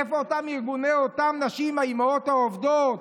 איפה ארגוני הנשים, האימהות העובדות?